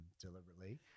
deliberately